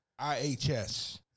IHS